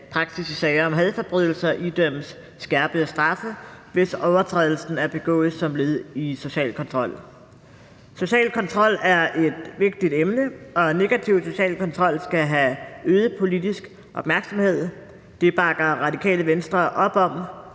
praktiske sager om hadforbrydelser idømmes skærpede straffe, hvis overtrædelsen er begået som led i social kontrol. Social kontrol er et vigtigt emne, og negativ social kontrol skal have øget politisk opmærksomhed. Det bakker Radikale Venstre op om.